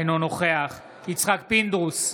אינו נוכח יצחק פינדרוס,